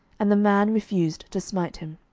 and the man refused to smite him.